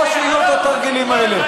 או שיהיו התרגילים האלה.